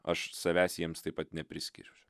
aš savęs jiems taip pat nepriskiriu